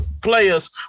players